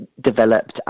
developed